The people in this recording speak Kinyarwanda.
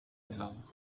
mihango